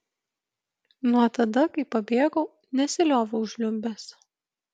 nuo tada kai pabėgau nesilioviau žliumbęs